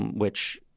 and which,